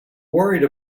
worried